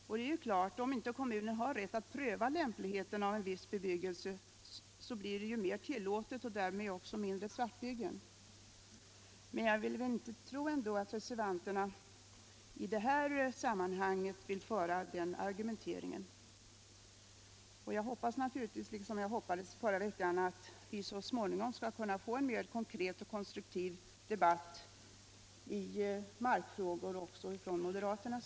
Och det är klart = om inte kommunen har rätt att pröva lämpligheten av viss bebyggelse blir ju mer tillåtet, och därmed blir det mindre svartbyggen. Men jag vill ändå inte tro att reservanterna i det här sammanhanget vill föra den argumenteringen, och jag hoppas naturligtvis, liksom jag hoppades förra veckan, att vi så småningom skall kunna få en mer konkret och konstruktiv debatt i markfrågor också med moderaterna.